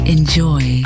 Enjoy